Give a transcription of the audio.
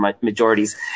majorities